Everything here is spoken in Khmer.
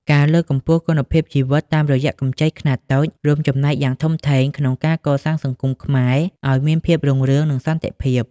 ការលើកកម្ពស់គុណភាពជីវិតតាមរយៈកម្ចីខ្នាតតូច រួមចំណែកយ៉ាងធំធេងក្នុងការកសាងសង្គមខ្មែរឱ្យមានភាពរុងរឿង និងសន្តិភាព។